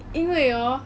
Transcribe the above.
因为 hor